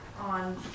on